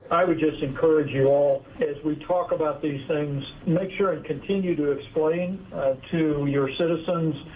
i would just encourage you all. as we talk about these things, make sure and continue to explain to your citizens,